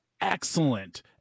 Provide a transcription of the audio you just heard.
excellent